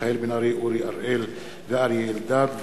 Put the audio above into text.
מיכאל בן-ארי, אורי אריאל ואריה אלדד.